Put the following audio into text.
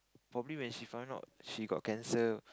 probably when she found out she got cancer